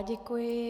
Děkuji.